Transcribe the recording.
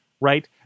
right